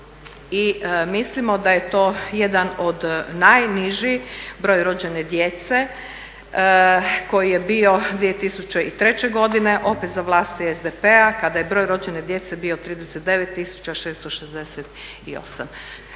i mislimo da je to jedan od najnižih broj rođene djece koji je bio 2003. godine, opet za vlasti SDP-a kada je broj rođene djece bio 39668.